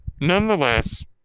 Nonetheless